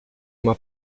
uma